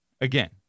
Again